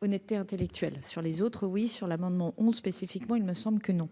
Honnêteté intellectuelle sur les autres oui sur l'amendement 11 spécifiquement, il me semble que non